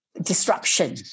disruption